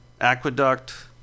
Aqueduct